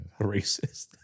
Racist